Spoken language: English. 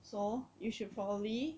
so you should probably